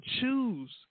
choose